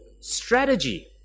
strategy